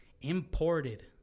imported